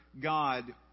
God